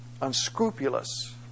unscrupulous